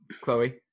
Chloe